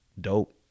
dope